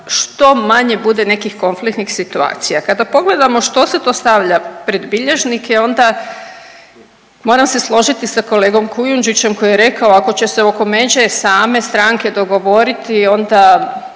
što manje bude nekih konfliktnih situacija. Kada pogledamo što se to stavlja pred bilježnike onda moram se složiti sa kolegom Kujundžićem ako će se oko međe same stranke dogovoriti onda